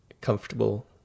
comfortable